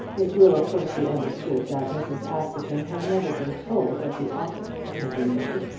it will of course be understood that mrs. askerton had never been told of the offer that had been made.